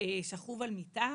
שכוב על מיטה,